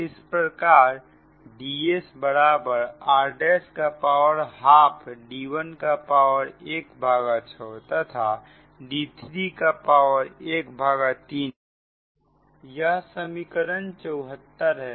तो इस प्रकार Ds बराबर r' का पावर हाफ d1 का पावर ⅙ तथा d3 का पावर ⅓ है यह समीकरण 74 है